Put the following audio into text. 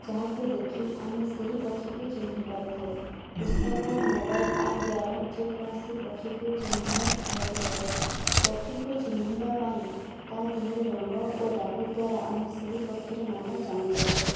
ଯାହାକୁ ଦେଖି ଆମେ ସେହି ପକ୍ଷୀକୁ ଚିହ୍ନି ପାରିଥାଉ ପୁସ୍ତକ ମୋବାଇଲ୍ ଆପ୍ ଦ୍ୱାରା ଯେକୌଣସି ପକ୍ଷୀକୁ ଚିହ୍ନିବା ସହଜ ହୋଇଥାଏ ପକ୍ଷୀକୁ ଚିହ୍ନିବା ପାଇଁ ତା' ଦେହରେ ରଙ୍ଗ ଓ ରାବ ଦ୍ୱାରା ଆମେ ସେହି ପକ୍ଷୀର ନାମ ଜାଣିପାରିଥାଉ